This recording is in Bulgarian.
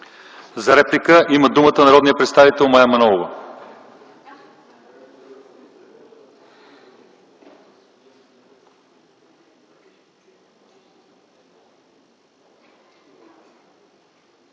За реплика има думата народният представител Мая Манолова.